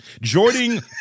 joining